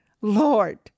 Lord